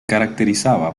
caracterizaba